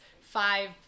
five